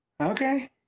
Okay